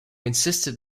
insisted